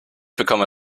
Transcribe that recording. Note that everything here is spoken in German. bekomme